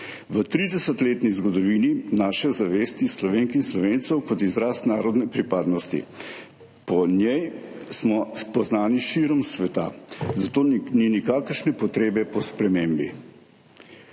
V 30-letni zgodovini naše zavesti, Slovenk in Slovencev, je izraz narodne pripadnosti, po njej smo poznani širom sveta, zato ni nikakršne potrebe po spremembi.